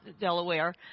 Delaware